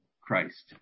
Christ